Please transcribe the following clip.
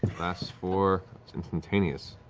lasts for it's instantaneous.